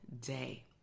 day